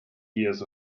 years